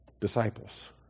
disciples